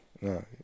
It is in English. no